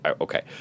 Okay